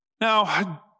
Now